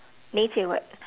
nature [what]